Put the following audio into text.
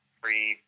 free